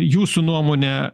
jūsų nuomone